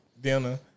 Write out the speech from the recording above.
dinner